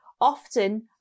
often